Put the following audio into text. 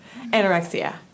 Anorexia